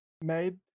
made